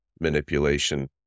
manipulation